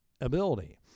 ability